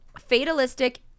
fatalistic